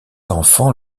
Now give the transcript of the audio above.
enfant